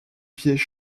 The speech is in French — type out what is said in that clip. vieilles